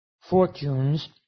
fortunes